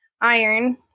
iron